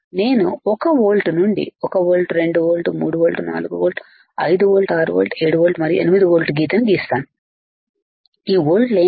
నేను ఒక వోల్ట్ నుండి 1 volt 2 volt 3 volt 4 volt 5 volt 6 volt 7 volt మరియు 8 వోల్ట్ గీతను గీస్తాను ఈ వోల్ట్లు ఏమిటి